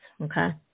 okay